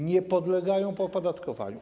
Nie podlegają opodatkowaniu.